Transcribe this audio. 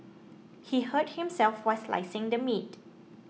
he hurt himself while slicing the meat